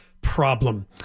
problem